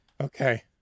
Okay